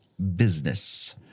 business